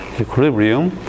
equilibrium